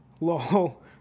Lol